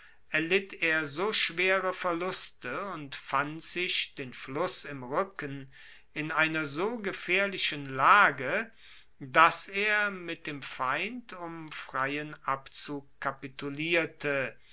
erlitt er so schwere verluste und fand sich den fluss im ruecken in einer so gefaehrlichen lage dass er mit dem feind um freien abzug kapitulierte